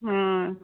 आं